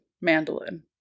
mandolin